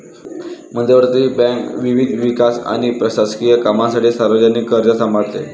मध्यवर्ती बँक विविध विकास आणि प्रशासकीय कामांसाठी सार्वजनिक कर्ज सांभाळते